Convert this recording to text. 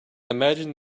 imagine